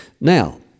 Now